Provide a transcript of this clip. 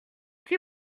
qui